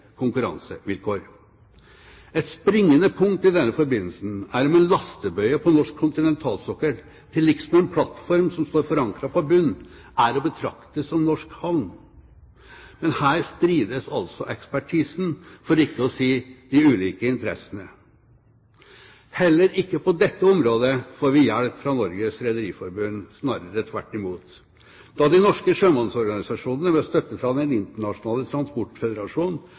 konkurransevilkår. Et springende punkt i denne forbindelsen er om en lastebøye på norsk kontinentalsokkel, tillike med en plattform som står forankret på bunnen, er å betrakte som norsk havn. Men her strides altså ekspertisen – for ikke å si de ulike interessene. Heller ikke på dette området får vi hjelp fra Norges Rederiforbund, snarere tvert imot. Da de norske sjømannsorganisasjonene med støtte fra Den internasjonale